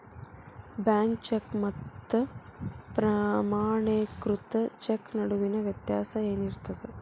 Bank cheque ಮತ್ತ ಪ್ರಮಾಣೇಕೃತ cheque ನಡುವಿನ್ ವ್ಯತ್ಯಾಸ ಏನಿರ್ತದ?